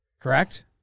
Correct